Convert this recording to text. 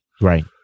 right